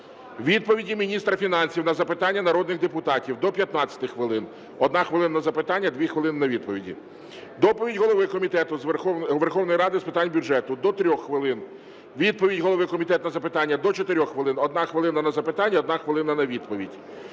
відповіді міністра фінансів на запитання народних депутатів – до 15 хвилин (1 хвилина на запитання, 2 хвилини на відповіді); доповідь голови Комітету Верховної Ради України з питань бюджету – до 3 хвилин; відповідь голови комітету на запитання – до 4 хвилин (1 хвилина на запитання, 1 хвилина на відповідь);